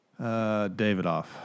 Davidoff